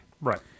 Right